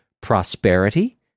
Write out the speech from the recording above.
prosperity